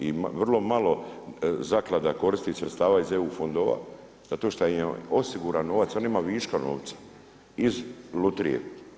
I vrlo malo zaklada koristi sredstava iz EU fondova zato što im je osiguran novac, on ima viška novca iz lutrije.